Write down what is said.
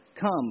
Come